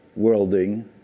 worlding